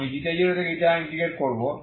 আমি 0 থেকে 0 ইন্টিগ্রেট করবো